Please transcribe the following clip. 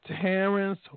Terrence